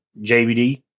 JBD